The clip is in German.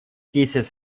dieses